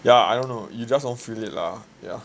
ya I don't know you just don't feel it lah ya